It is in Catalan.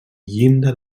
llinda